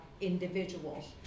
individuals